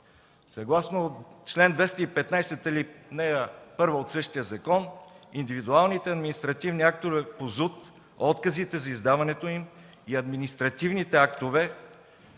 закон индивидуалните административни актове по ЗУТ, отказите за издаването им и административните актове,